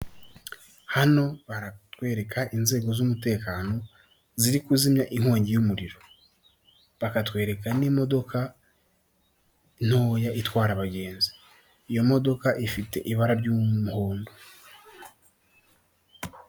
Hano baratwereka inzego z'umutekano ziri kuzimya inkongi y'umuriro bakatwereka n'imodoka ntoya itwara abagenzi, iyo modoka ifite ibara ry'umuhondo.